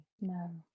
No